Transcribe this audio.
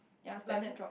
ya standard drop